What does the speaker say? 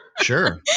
Sure